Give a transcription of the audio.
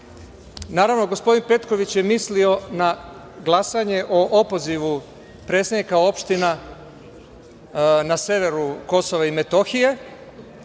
Naravno, gospodin Petković je mislio na glasanje o opozivu predsednika opština na severu Kosova i Metohije,